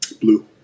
blue